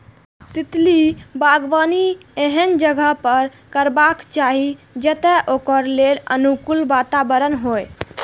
तितली बागबानी एहन जगह पर करबाक चाही, जतय ओकरा लेल अनुकूल वातावरण होइ